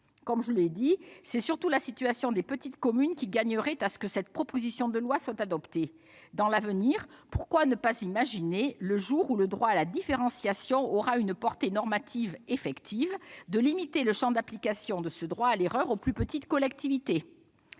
Comme je l'ai dit, ce sont surtout les petites communes qui gagneraient à ce que cette proposition de loi soit adoptée. À l'avenir, pourquoi ne pas imaginer, le jour où le droit à la différenciation aura une portée normative effective, de limiter le champ d'application de ce droit à l'erreur aux plus petites collectivités ?